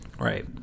Right